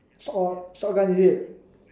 short short guy is it